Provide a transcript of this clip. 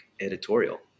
editorial